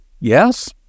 Yes